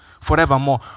forevermore